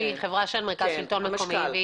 שהיא חברה של מרכז השלטון המקומי,